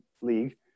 league